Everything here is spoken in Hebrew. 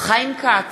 חיים כץ,